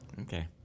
Okay